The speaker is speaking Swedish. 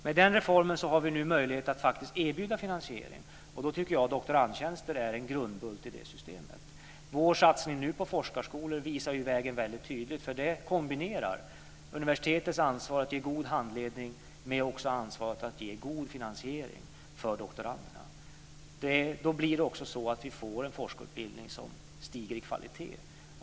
Med reformen har vi nu möjlighet att faktiskt erbjuda finansiering, och då tycker jag att doktorandtjänster är en grundbult i det systemet. Vår satsning på forskarskolor visar vägen väldigt tydligt. Det kombinerar universitetens ansvar att ge god handledning för doktoranderna med ansvaret att ge god finansiering. Då får vi också en forskarutbildning som stiger i kvalitet.